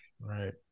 right